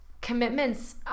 commitments